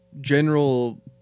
general